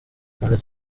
kandi